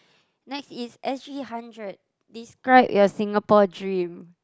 next is S_G hundred describe your Singapore dream